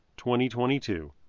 2022